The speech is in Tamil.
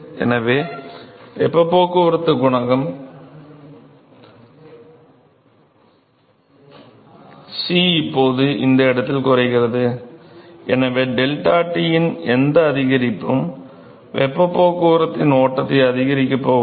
எனவே வெப்பப் போக்குவரத்துக் குணகம் C இப்போது இந்த இடத்தில் குறைகிறது எனவே 𝜟T யின் எந்த அதிகரிப்பும் வெப்பப் போக்குவரத்தின் ஓட்டத்தை அதிகரிக்கப் போவதில்லை